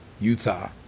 Utah